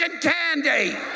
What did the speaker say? candy